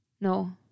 no